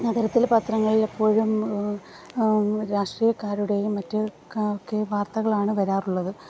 നഗരത്തിലെ പത്രങ്ങളിലെപ്പോഴും രാഷ്ട്രീയക്കാരുടെയും മറ്റ് ക ക്കെ വാർത്തകളാണ് വരാറുള്ളത്